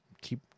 keep